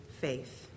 faith